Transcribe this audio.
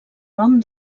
nom